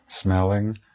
smelling